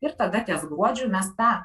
ir tada ties guodžiu mes tą